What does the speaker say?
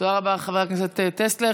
תודה רבה, חבר הכנסת טסלר.